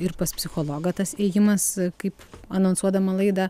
ir pas psichologą tas ėjimas kaip anonsuodama laidą